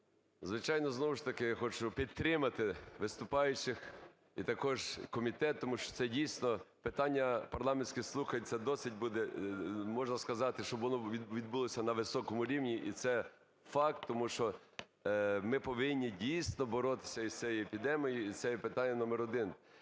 Звичайно, знову ж таки хочу підтримати виступаючих і також комітет, тому що це, дійсно, питання парламентських слухань це досить буде… можна сказати, щоб воно відбулося на високому рівні, і це факт, тому що ми повинні, дійсно, боротися із цією епідемією, і це є питання номер один.